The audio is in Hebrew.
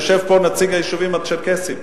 יושב פה נציג היישובים הצ'רקסיים,